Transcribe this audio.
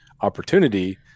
opportunity